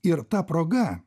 ir ta proga